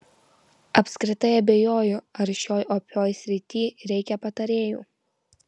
apskritai abejoju ar šioj opioj srity reikia patarėjų